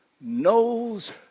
knows